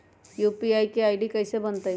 UPI के ID कैसे बनतई?